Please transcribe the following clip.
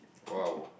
!wow!